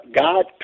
God